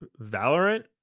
Valorant